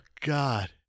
God